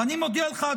ואני מודיע לך,